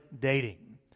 dating